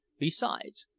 besides,